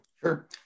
sure